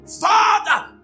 Father